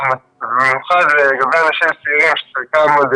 ובמיוחד לגבי אנשים צעירים שחלקם הם לא